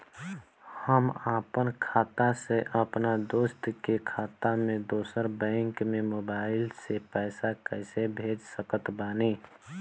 हम आपन खाता से अपना दोस्त के खाता मे दोसर बैंक मे मोबाइल से पैसा कैसे भेज सकत बानी?